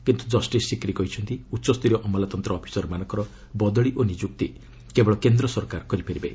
କିନ୍ତୁ ଜଷ୍ଟିସ୍ ସିକ୍ରି କହିଛନ୍ତି ଉଚ୍ଚସ୍ତରୀୟ ଅମଲାତନ୍ତ୍ର ଅଫିସରମାନଙ୍କର ବଦଳି ଓ ନିଯୁକ୍ତି କେବଳ କେନ୍ଦ୍ର ସରକାର କରିପାରିବେ